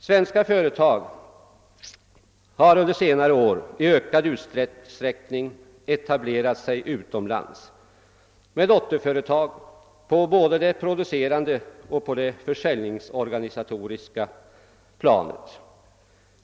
Svenska företag har under senare år i ökad utsträckning etablerat sig utomlands med dotterföretag på både det producerande och det försäljningsorganisatoriska planet.